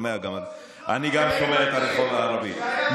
אני גם שומע את הרחוב הערבי,